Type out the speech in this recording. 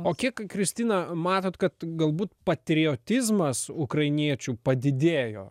o kiek kristina matot kad galbūt patriotizmas ukrainiečių padidėjo